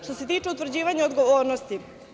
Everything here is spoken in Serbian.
Što se tiče utvrđivanja odgovornosti.